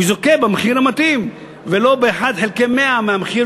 הוא יזוכה במחיר המתאים ולא ב-1 חלקי 100 מהמחיר